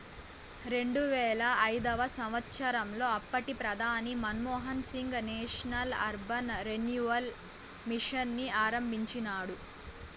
రెండువేల ఐదవ సంవచ్చరంలో అప్పటి ప్రధాని Manmohan Singh National Urban Renewal Mission ని ఆరంభించినాడు